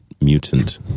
mutant